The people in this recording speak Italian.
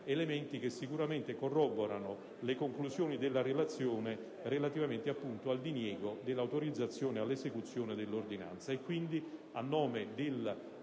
concorre sicuramente a corroborare le conclusioni della relazione relativamente al diniego dell'autorizzazione all'esecuzione dell'ordinanza.